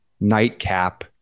nightcap